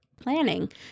planning